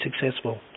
successful